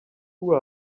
who